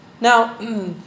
Now